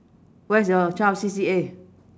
what's your child's C_C_A